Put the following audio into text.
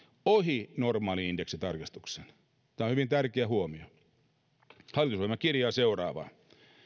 ohi normaalin indeksitarkistuksen tämä on hyvin tärkeä huomio hallitusohjelma kirjaa seuraavaa